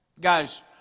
Guys